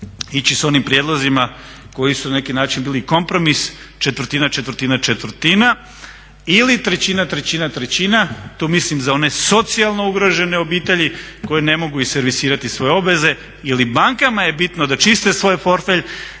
ići s onim prijedlozima koji su na neki način biti kompromis, četvrtina, četvrtina, četvrtina ili trećina, trećina, trećina, tu mislim za one socijalno ugrožene obitelji koje ne mogu servisirati svoje obveze. Jel bankama je bitno da čiste svoj portfelj,